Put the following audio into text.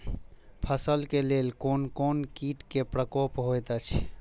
फसल के लेल कोन कोन किट के प्रकोप होयत अछि?